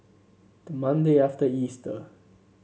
the Monday after Easter